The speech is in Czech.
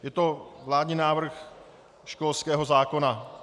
Je to vládní návrh školského zákona.